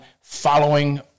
following